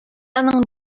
аның